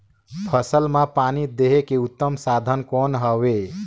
फसल मां पानी देहे के उत्तम साधन कौन हवे?